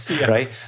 right